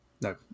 no